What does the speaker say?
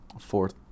fourth